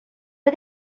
are